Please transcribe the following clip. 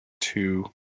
two